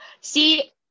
See